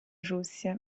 russia